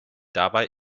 dabei